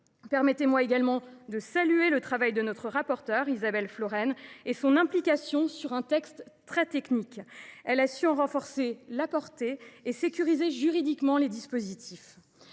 Permettez moi également de saluer le travail de notre rapporteure, Isabelle Florennes, et son implication sur un texte très technique. Elle a su en renforcer la portée et sécuriser juridiquement les dispositifs.